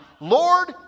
Lord